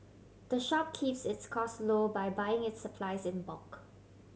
the shop keeps its cost low by buying its supplies in bulk